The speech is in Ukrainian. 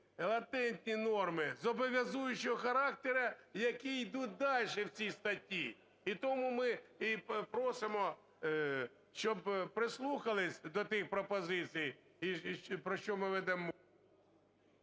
латентні норми зобов'язуючого характеру, які йдуть далі в цій статті. І тому ми і просимо, щоб прислухалися до тих пропозицій, про що ми ведемо…